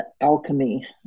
alchemy